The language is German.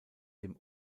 dem